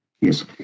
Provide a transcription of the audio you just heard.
Yes